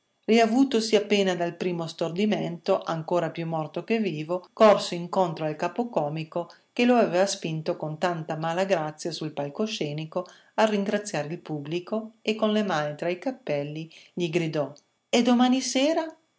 ali schifose riavutosi appena dal primo stordimento ancora più morto che vivo corse incontro al capocomico che lo aveva spinto con tanta mala grazia sul palcoscenico a ringraziare il pubblico e con le mani tra i capelli gli gridò e domani sera